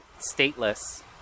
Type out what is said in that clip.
stateless